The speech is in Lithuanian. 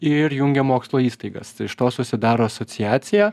ir jungia mokslo įstaigas iš to susidaro asociacija